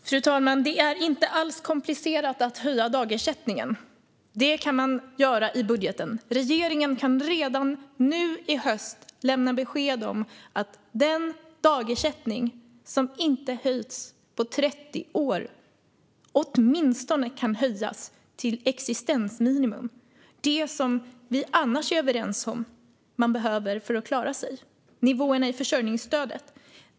Fru talman! Det är inte alls komplicerat att höja dagersättningen. Det kan man göra i budgeten. Regeringen kan redan nu i höst lämna besked om att den dagersättning som inte höjts på 30 år åtminstone kan höjas till existensminimum, det som vi annars är överens om att man behöver för att klara sig. Det gäller nivåerna i försörjningsstödet.